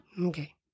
Okay